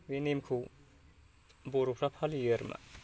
बे नेमखौ बर'फ्रा फालियो आरोमा